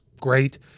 great